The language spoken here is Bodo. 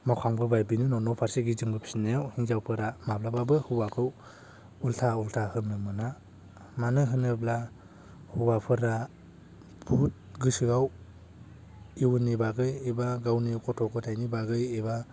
मावखांबोबाय बेनि उनाव न' फारसे गिदिंबोफिननायाव हिनजावफोरा माब्लाबो हौवाखौ उल्था उल्था होननो मोना मानो होनोब्ला हौवाफोरा बहुत गोसोयाव इयुननि बागै एबा गावनि गथ' गथायनि बागै एबा